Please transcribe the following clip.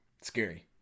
scary